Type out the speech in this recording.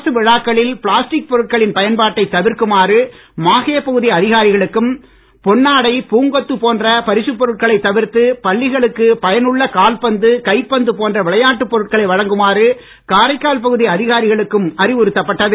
அரசு விழாக்களில் பிளாஸ்டிக் பொருட்களின் பயன்பாட்டைத் தவிர்க்குமாறு மாஹே பகுதி அதிகாரிகளுக்கும் பொன்னாடை பூங்கொத்து போன்ற பரிசுப் பொருட்களைத் தவிர்த்து பள்ளிகளுக்குப் பயனுள்ள கால்பந்து கைப்பந்து போன்ற விளையாட்டுப் பொருட்களை வழங்குமாறு காரைக்கால் பகுதி அதிகாரிகளுக்கும் அறிவுறுத்தப்பட்டது